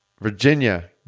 Virginia